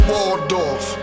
Waldorf